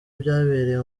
byabereye